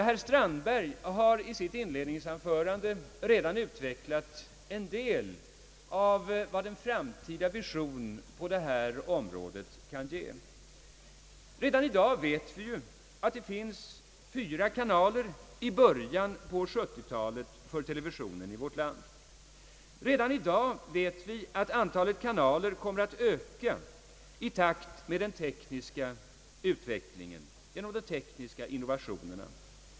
Herr Strandberg har i sitt inledningsanförande redan utvecklat en del av vad en framtida vision på detta område kan ge. Redan i dag vet vi ju att det i början på 1970-talet finns fyra kanaler för TV i vårt land. Redan i dag vet vi att antalet kanaler kommer att öka i takt med den tekniska utvecklingen, de tekniska innovationer na.